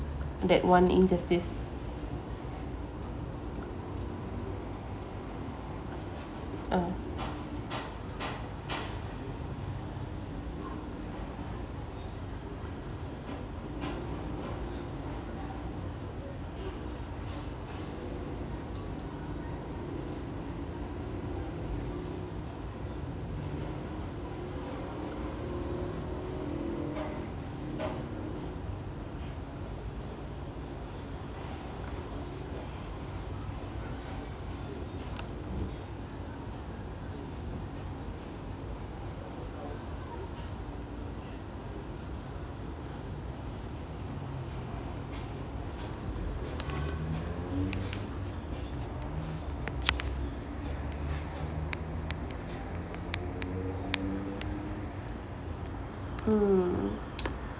that one injustice uh mm